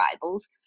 Bibles